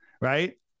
right